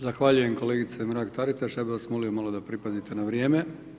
Zahvaljujem kolegici Mrak Taritaš, ja bi vas molimo malo da pripazite na vrijeme.